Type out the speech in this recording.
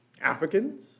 Africans